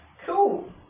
cool